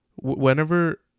whenever